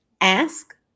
Ask